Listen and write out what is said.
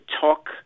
talk